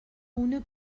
una